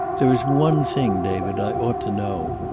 there is one thing, david, i ought to know.